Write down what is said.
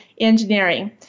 engineering